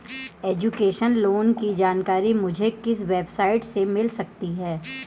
Education loan की जानकारी मुझे किस वेबसाइट से मिल सकती है?